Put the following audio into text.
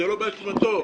ולא באשמתו.